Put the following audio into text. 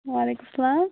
وعلیکُم اسَلام